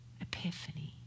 Epiphany